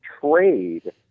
trade